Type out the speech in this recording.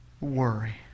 worry